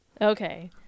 Okay